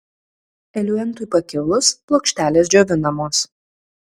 eliuentui pakilus plokštelės džiovinamos